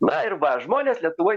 na ir va žmonės lietuvoj